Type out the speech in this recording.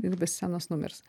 jinai be scenos numirs